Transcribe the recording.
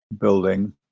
building